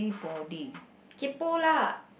kaypoh lah